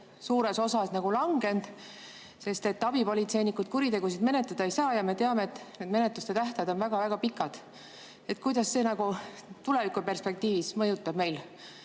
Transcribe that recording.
suures osas langenud, sest abipolitseinikud kuritegusid menetleda ei saa, ja me teame, et menetluste tähtajad on väga-väga pikad? Kuidas see tulevikuperspektiivis mõjutab meil